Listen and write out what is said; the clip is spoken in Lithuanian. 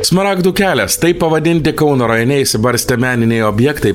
smaragdų kelias taip pavadinti kauno rajone išsibarstę meniniai objektai